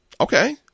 Okay